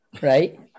Right